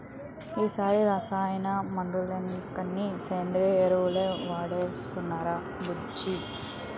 ఈ సారి రసాయన మందులెందుకని సేంద్రియ ఎరువులే వాడేనురా బుజ్జీ